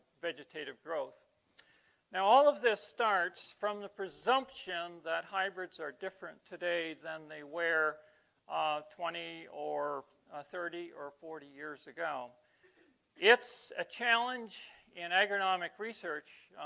vegetative growth now all of this starts from the presumption that hybrids are different today than they were ah twenty or thirty or forty years ago it's a challenge in agronomic research